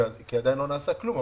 עדיין לא נעשה כלום.